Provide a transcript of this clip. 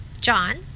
John